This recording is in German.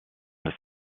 des